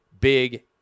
big